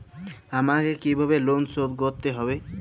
আমাকে কিভাবে লোন শোধ করতে হবে?